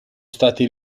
stati